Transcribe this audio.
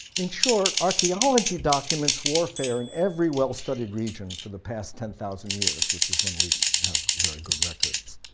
in short, archeology documents warfare in every well-studied region for the past ten thousand years, which is when we have very good records.